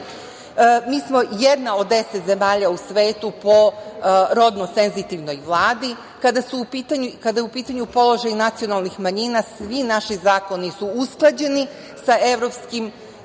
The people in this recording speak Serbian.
smo jedna od 10 zemalja u svetu po rodnosenzitivnoj vladi. Kada je u pitanju položaj nacionalnih manjina svi naši zakoni su usklađeni sa evropskim